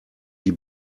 die